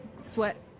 sweat